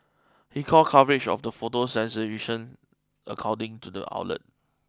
he called coverage of the photo sensationalism according to the outlet